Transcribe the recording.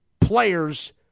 players